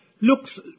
looks